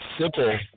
simple